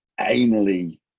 anally